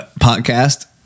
podcast